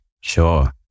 Sure